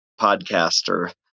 podcaster